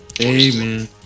Amen